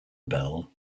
bell